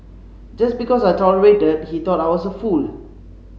just because I tolerated he thought I was a fool